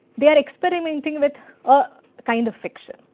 they are experimenting with ah a kind of fiction.